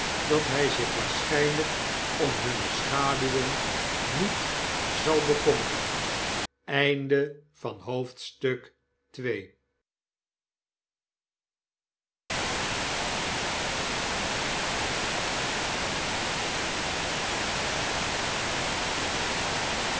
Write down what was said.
dat hij zich waarschijnlijk om hunne schaduwen niet zal bekommeren